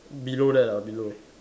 below that ah below